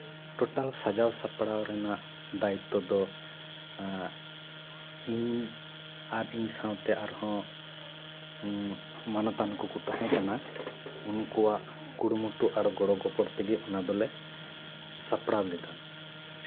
total ᱥᱟᱡᱟᱣ ᱥᱟᱯᱲᱟᱣ ᱨᱮᱭᱟᱜ ᱫᱟᱭᱤᱛᱛᱚ ᱫᱚ ᱤᱧᱤᱧ ᱟᱨ ᱤᱧ ᱥᱟᱶᱛᱮ ᱟᱨᱦᱚᱸ ᱢᱟᱱᱚᱛᱟᱱ ᱠᱚᱠᱚ ᱛᱟᱦᱮᱸ ᱠᱟᱱᱟ ᱩᱱᱠᱩᱣᱟᱜ ᱠᱩᱨᱩᱢᱩᱴᱩ ᱟᱨ ᱜᱚᱲᱚ ᱜᱚᱯᱲᱚ ᱛᱮᱜᱮ ᱚᱱᱟ ᱫᱚᱞᱮ ᱥᱟᱯᱲᱟᱣ ᱞᱮᱫᱟ